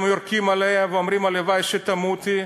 הם יורקים עליה ואומרים: הלוואי שתמותי?